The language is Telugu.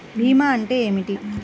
భీమా అంటే ఏమిటి?